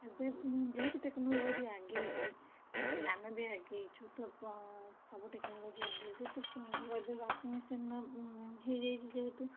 ଏବେ ଯେହେତୁ ଟେକ୍ନୋଲୋଜି ଆଗେଇଛି ଆମେ ବି ଆଗେଇଛୁ ଟେକ୍ନୋଲୋଜି ଆଗେଇଛି ତ ଏବେ ୱାଶିଂ ମେସିନ୍ ହେଇଯାଇଛି ଯେହେତୁ